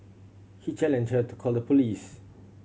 he challenged her to call the police